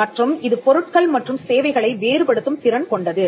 மற்றும் இது பொருட்கள் மற்றும் சேவைகளை வேறுபடுத்தும் திறன் கொண்டது